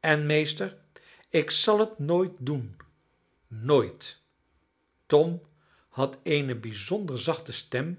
en meester ik zal het nooit doen nooit tom had eene bijzonder zachte stem